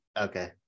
Okay